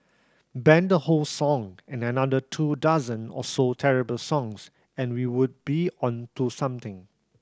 ban the whole song and another two dozen or so terrible songs and we would be on to something